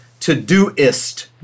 Todoist